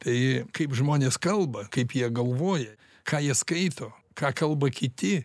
tai kaip žmonės kalba kaip jie galvoja ką jie skaito ką kalba kiti